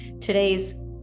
Today's